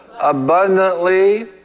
Abundantly